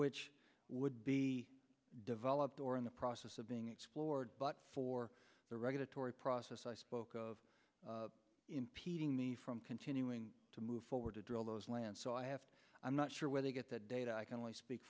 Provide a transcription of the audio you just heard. which would be developed or in the process of being explored but for the regulatory process i spoke of impeding the from continuing to move forward to drill those lands so i have i'm not sure where they get that data i can only speak